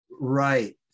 Right